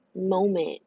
moment